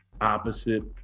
opposite